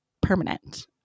permanent